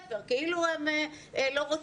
למה הם לא באים לבית הספר,